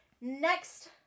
next